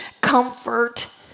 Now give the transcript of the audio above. comfort